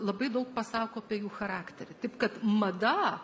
labai daug pasako apie jų charakterį taip kad mada